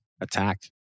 attack